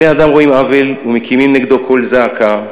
בני-אדם רואים עוול ומקימים נגדו קול זעקה,